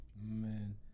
Man